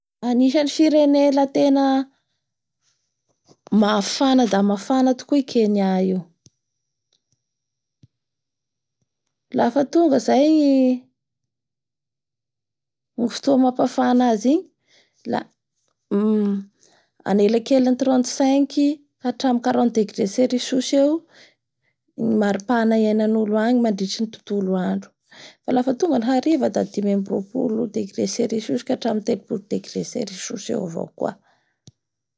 Anisan'ny firenene la tena mafana da mafan tokoa i Kenya io lafa tonga zay ny fotoa amapafana zy igny la um-la anelakelan'ny trente cinq hatramin'ny carente degré cericus eo ny maropahana iaingan'olo agny mandritry ny tontolo andro fa laf tonga ny hariva da dimy ambin'ny roapolo degré cericus ka hatramin'ny telopolo degré cericus eo avao koa.